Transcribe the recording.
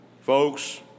Folks